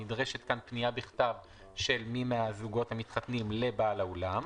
נדרשת כאן פנייה בכתב של מי מהזוגות המתחתנים לבעל האולם,